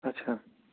اَچھا